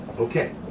okay,